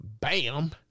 bam